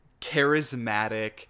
charismatic